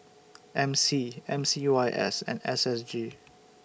M C M C Y S and S S G